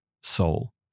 soul